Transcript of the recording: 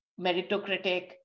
meritocratic